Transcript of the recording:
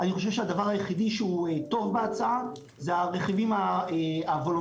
אני חושב שהדבר היחידי שהוא טוב בהצעה זה הרכיבים הוולונטריים